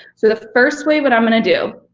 so the first way, what i'm gonna do